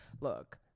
look